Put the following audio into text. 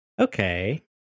Okay